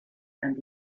and